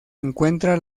encuentra